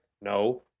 No